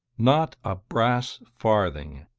not a brass farthing.